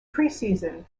preseason